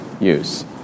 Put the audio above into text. use